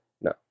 No